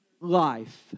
life